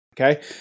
okay